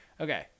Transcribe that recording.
Okay